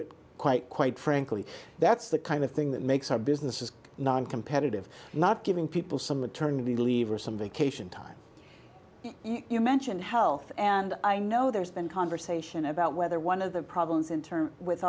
it quite quite frankly that's the kind of thing that makes our business is noncompetitive not giving people some attorney lever some vacation time you mentioned health and i know there's been conversation about whether one of the problems in terms with